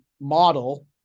model